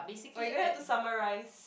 oh you going to have to summarise